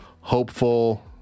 hopeful